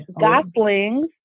Goslings